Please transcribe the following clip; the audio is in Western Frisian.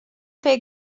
pear